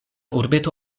urbeto